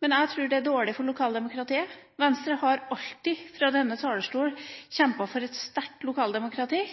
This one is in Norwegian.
men jeg tror det er dårlig for lokaldemokratiet. Venstre har alltid fra denne talerstol kjempet for et sterkt lokaldemokrati.